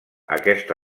aquesta